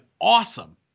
awesome